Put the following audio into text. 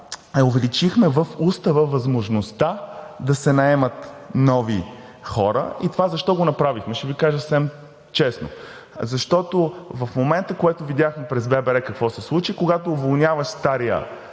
увеличихме в Устава възможността да се наемат нови хора. И това защо го направихме? Ще Ви кажа съвсем честно, защото в момента, което видяхме през ББР какво се случи, когато уволняваш старите